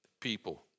people